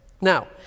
Now